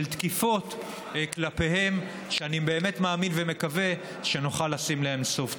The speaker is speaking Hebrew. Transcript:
של תקיפות כלפיהם ואני באמת מאמין ומקווה שנוכל לשים להן סוף.